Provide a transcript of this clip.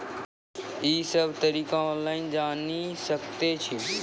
ई सब तरीका ऑनलाइन जानि सकैत छी?